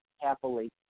happily